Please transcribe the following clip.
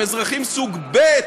הם אזרחים סוג ב'